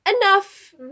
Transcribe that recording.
Enough